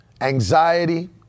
anxiety